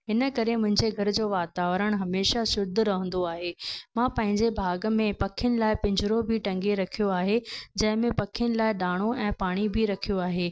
हिन करे मुंहिंजे घर जो वातावरण हमेशा शुद्ध रहंदो आहे मां पंहिंजे बाग़ में पखियुनि लाइ पिञिरो बि टंगे रखियो आहे जंहिंमें पखियुनि लाइ दाणो ऐं पाणी बि रखियो आहे